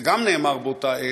גם זה נאמר באותה עת,